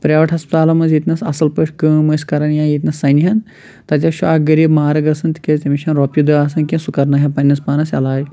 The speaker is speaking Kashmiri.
پرٛایویٹ ہَسپتالَن منٛز ییٚتہِ نَس اصٕل پٲٹھۍ کٲم ٲسۍ کران یا ییٚتہِ نَس سنہِ ہان تَتیٚس چھُ اَکھ غریٖب مارٕ گژھان تِکیٛازِ تٔمِس چھَنہٕ روپیہِ دَہ آسان کیٚنٛہہ سُہ کَرٕنایہِ ہا پَننِس پانَس علاج